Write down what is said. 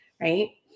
right